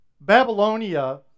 Babylonia